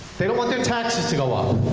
they don't want their taxes to go up.